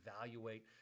evaluate